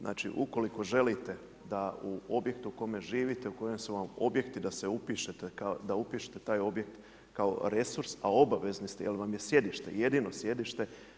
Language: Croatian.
Znači ukoliko želite da u objektu u kome živite, u kojem su vam objekti da se upišete, da upišete taj objekt kao resurs, a obavezni ste jer vam je sjedište, jedino sjedište.